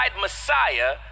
Messiah